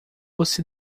você